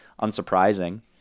unsurprising